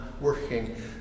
working